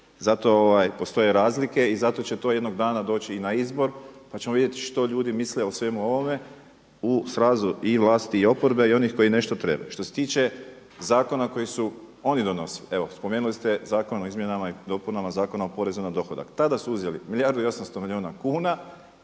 Zato postoje razlike i zato će to jednog dana doći i na izbor pa ćemo vidjeti što ljudi misle o svemu ovome u srazu i vlasti i oporbe i onih koji nešto trebaju. Što se tiče zakona koje su oni donosili, evo spomenuli ste Zakon o izmjenama i dopunama Zakona o porezu na dohodak. Tada su uzeli milijardu i 800 milijuna kuna,